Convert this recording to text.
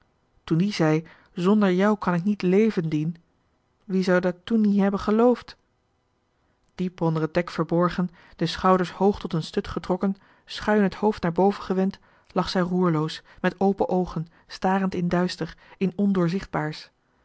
toen die zei zonder jou kan ik niet leven dien wie zou dà toe nie hebbe geloofd diep onder het dek verborgen de schouders hoog tot een stut getrokken schuin het hoofd naar boven gewend lag zij roerloos met open oogen starend in duister in